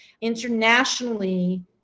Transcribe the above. Internationally